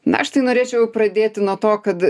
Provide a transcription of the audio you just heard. na aš tai norėčiau pradėti nuo to kad